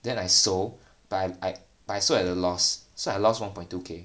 then I sold but I but I sold at a loss so I lost one point two K